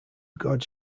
god